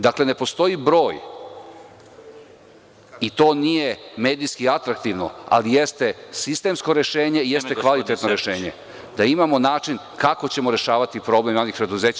Dakle, ne postoji broj i to nije medijski atraktivno, ali jeste sistemsko rešenje, jeste kvalitetno rešenje, da imamo način kako ćemo rešavati problem javnih preduzeća.